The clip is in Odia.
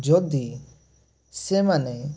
ଯଦି ସେମାନେ